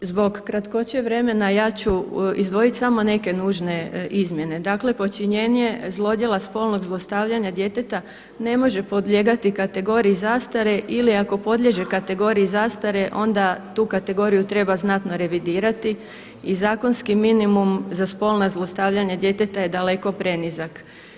Zbog kratkoće vremena ja ću izdvojiti samo neke nužne izmjene, dakle počinjenje zlodjela spolnog zlostavljanja djeteta ne može podlijegati kategoriji zastare ili ako podliježe kategoriji zastare onda tu kategoriju treba znatno revidirati i zakonski minimum za spolna zlostavljanja djeteta je daleko prenizak.